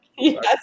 Yes